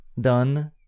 done